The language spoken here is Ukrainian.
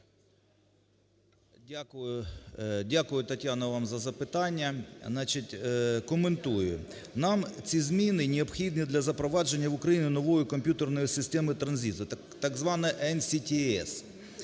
Дякую, Тетяна, вам за запитання. Значить, коментую. Нам ці зміни необхідні для запровадження в Україні нової комп'ютерної системи транзиту так звана NCTS